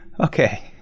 Okay